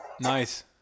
nice